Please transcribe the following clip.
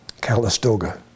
Calistoga